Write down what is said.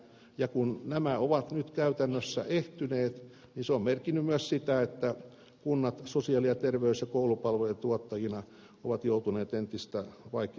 ja kun nämä ovat nyt käytännössä ehtyneet niin se on merkinnyt myös sitä että kunnat sosiaali terveys ja koulupalvelujen tuottajina ovat joutuneet entistä vaikeampaan tilanteeseen